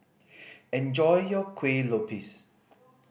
enjoy your Kueh Lopes